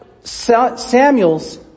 Samuel's